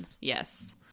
Yes